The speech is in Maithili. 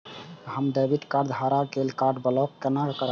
हमर डेबिट कार्ड हरा गेल ये कार्ड ब्लॉक केना करब?